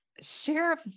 Sheriff